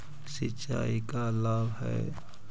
सिंचाई का लाभ है?